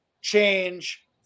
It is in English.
change